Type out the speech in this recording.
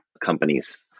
companies